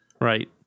Right